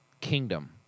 kingdom